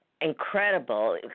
Incredible